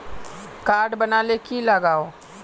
Card बना ले की लगाव?